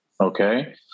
Okay